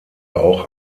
auch